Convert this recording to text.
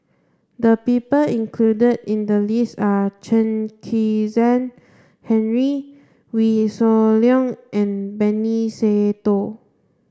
the people included in the list are Chen Kezhan Henri Wee Shoo Leong and Benny Se Teo